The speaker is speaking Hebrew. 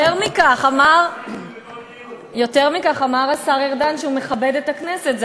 יותר מכך, אמר השר ארדן שהוא מכבד את הכנסת.